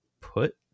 put